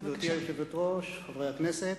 ראשון הדוברים, חבר הכנסת